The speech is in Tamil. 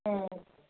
ம் ம்